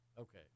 Okay